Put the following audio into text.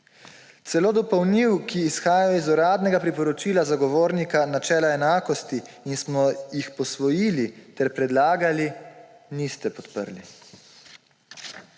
Celo dopolnil, ki izhajajo iz uradnega priporočila Zagovornika načela enakosti in smo jih posvojili ter predlagali, niste podprli.